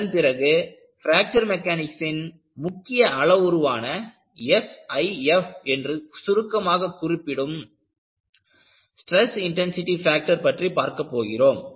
அதன்பிறகு பிராக்சர் மெக்கானிக்ஸின் முக்கிய அளவுருவான SIF என்று சுருக்கமாக குறிப்பிடப்படும் ஸ்டிரஸ் இன்டன்சிடி ஃபேக்டர் பற்றி பார்க்க போகிறோம்